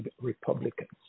Republicans